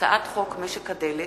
הצעת חוק משק הדלק